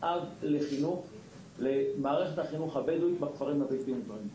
לחינוך למערכת החינוך הבדואית בכפרים הבלתי מוכרים,